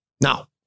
Now